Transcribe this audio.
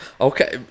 Okay